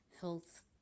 health